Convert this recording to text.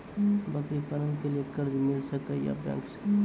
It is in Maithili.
बकरी पालन के लिए कर्ज मिल सके या बैंक से?